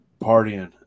partying